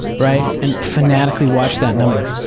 right, and fanatically watch that number.